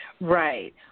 Right